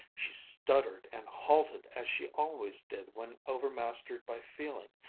she stuttered and halted as she always did when overmastered by feeling,